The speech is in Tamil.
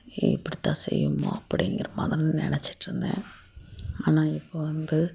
இப்படிதான் செய்யணுமோ அப்படிங்கிற மாதிரி நினச்சிட்ருந்தேன் ஆனால் இப்போ வந்து